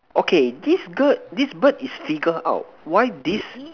okay this girl this bird is figure out why this